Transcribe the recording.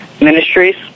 ministries